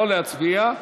לא להצביע.